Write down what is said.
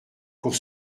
pour